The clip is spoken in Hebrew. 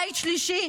בית שלישי,